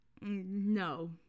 No